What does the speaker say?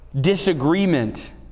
disagreement